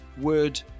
word